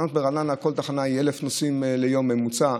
ברעננה בכל תחנה יש 1,000 נוסעים ביום בממוצע,